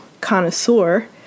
connoisseur